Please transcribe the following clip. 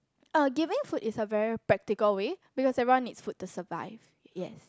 uh giving food is a very practical way because everyone needs food to survive yes